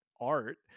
art